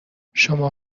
شما